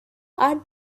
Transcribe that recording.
are